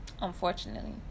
unfortunately